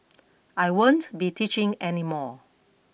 I won't be teaching any more